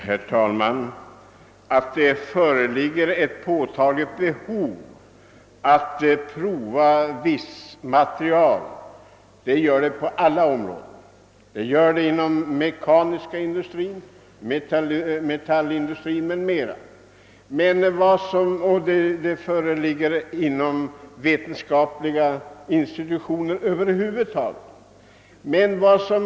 Herr talman! På alla områden finns behov att prova viss material: inom den mekaniska industrin, inom metallindustrin och inom vetenskapliga institutioner över huvud taget.